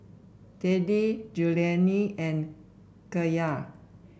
Teddy Julianne and Kyara